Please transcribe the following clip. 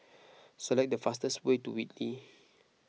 select the fastest way to Whitley